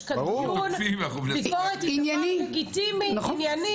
יש כאן דיון, ביקורת היא דבר לגיטימי, ענייני.